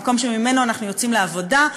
המקום שממנו אנחנו יוצאים לעבודה,